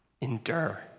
Endure